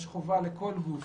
יש חובה לכל גוף